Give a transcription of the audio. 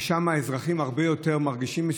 ושם האזרחים הרבה יותר מרגישים,